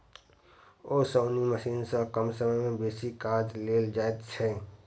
ओसौनी मशीन सॅ कम समय मे बेसी काज लेल जाइत छै